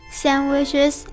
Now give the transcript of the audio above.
sandwiches